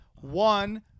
One